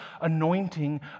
anointing